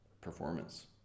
performance